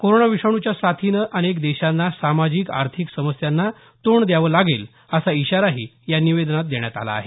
corona विषाणूच्या साथीमुळे अनेक देशांना सामाजिक आर्थिक समस्यांना तोंड द्यावं लागेल असा इशाराही या निवेदनात देण्यात आला आहे